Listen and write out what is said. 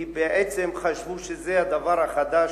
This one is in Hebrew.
כי בעצם חשבו שזה הדבר החדש,